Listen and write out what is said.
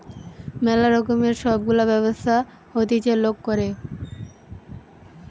ম্যালা রকমের সব গুলা ব্যবসা হতিছে লোক করে